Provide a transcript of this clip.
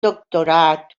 doctorat